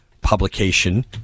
publication